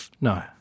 No